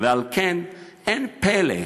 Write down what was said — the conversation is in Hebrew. ועל כן, אין פלא,